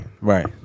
right